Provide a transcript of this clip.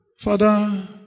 father